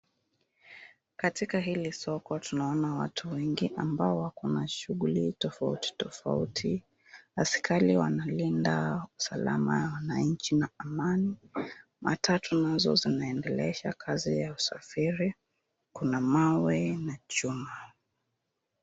Katika hili soko tunaona watu wengi ambao wako na shughuli tofauti tofauti. Askari wanalinda usalama ya wananchi na amani, matatu nazo zinaendelesha kazi ya usafiri. Kuna mawe na chuma.